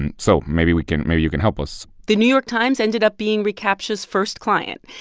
and so maybe we can maybe you can help us the new york times ended up being recaptcha's first client.